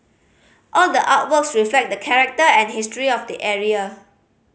all the artworks reflect the character and history of the area